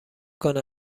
کنه